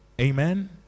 Amen